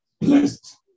Blessed